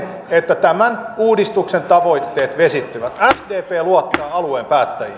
että tämän uudistuksen tavoitteet vesittyvät sdp luottaa alueen päättäjiin